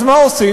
אז מה עושים?